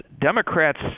Democrats